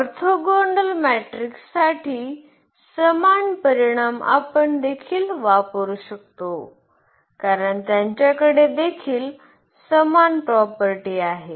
orthogonal मॅट्रिकसाठी समान परिणाम आपण देखील वापरू शकतो कारण त्यांच्याकडे देखील समान प्रॉपर्टी आहे